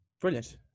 Brilliant